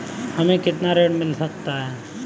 हमें कितना ऋण मिल सकता है?